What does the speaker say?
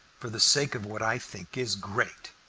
for the sake of what i think is great.